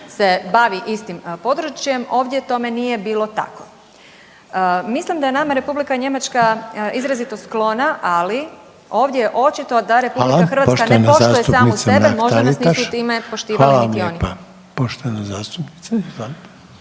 se bavi istim područjem. Ovdje tome nije bilo tako. Mislim da je nama Republika Njemačka izrazito sklona, ali ovdje je očito da Republika Hrvatska ne poštuje samu sebe, možda nas nisu time poštivali niti oni. **Reiner, Željko